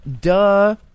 Duh